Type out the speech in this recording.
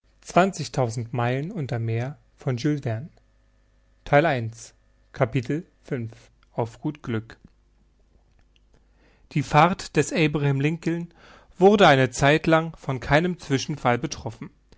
auf gut glück die fahrt des abraham lincoln wurde eine zeit lang von keinem zwischenfall betroffen